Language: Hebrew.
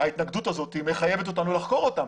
ההתנגדות הזאת מחייבת אותנו לחקור אותם.